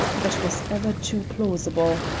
that was ever too plausible.